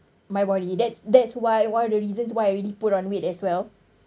my body that's that's why one of the reasons why I really put on weight as well